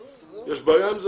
יש בעיה עם זה?